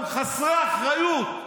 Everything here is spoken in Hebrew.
הם חסרי אחריות,